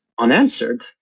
unanswered